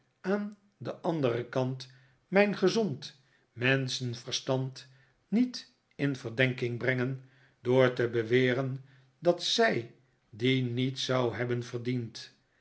aan den anderen kant mijn gezond menschenverstand niet in verdenking brengen door te beweren dat zij die niet zou hebben verdiend